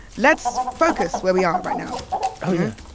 let's focus where we are right now oh, yeah